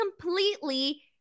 completely